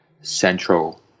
Central